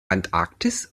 antarktis